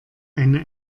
eine